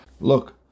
look